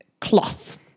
cloth